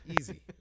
Easy